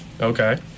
Okay